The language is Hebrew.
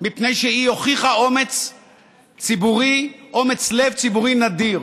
מפני שהיא הוכיחה אומץ לב ציבורי נדיר.